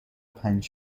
پنج